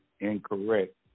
incorrect